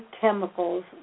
chemicals